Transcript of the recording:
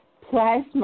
plasma